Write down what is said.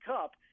Cup